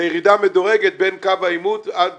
לירידה מדורגת בין קו העימות עד